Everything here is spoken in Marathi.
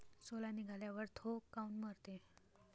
सोला निघाल्यावर थो काऊन मरते?